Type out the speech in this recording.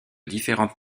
différentes